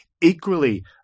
equally